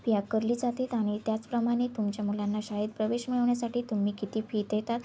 fee आकारली जाते आणि त्याचप्रमाणे तुमच्या मुलांना शाळेत प्रवेश मिळवण्यासाठी तुम्ही किती फी देतात